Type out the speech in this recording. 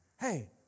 Hey